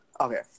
Okay